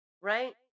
right